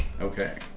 Okay